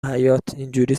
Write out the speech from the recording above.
حیاطاینجوری